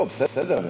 לא, בסדר.